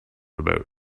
about